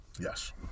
Yes